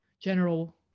general